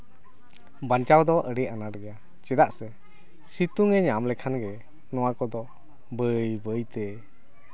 ᱵᱟᱧᱪᱟᱣ ᱫᱚ ᱟᱹᱰᱤ ᱟᱱᱟᱴ ᱜᱮᱭᱟ ᱪᱮᱫᱟᱜ ᱥᱮ ᱥᱤᱛᱩᱝ ᱮ ᱧᱟᱢ ᱞᱮᱠᱷᱟᱱ ᱜᱮ ᱱᱚᱣᱟ ᱠᱚᱫᱚ ᱵᱟᱹᱭ ᱵᱟᱹᱭ ᱛᱮ